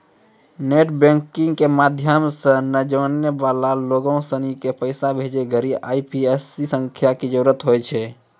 net बैंकिंगो के माध्यमो से नै जानै बाला लोगो सिनी के पैसा भेजै घड़ि आई.एफ.एस.सी संख्या के जरूरत होय छै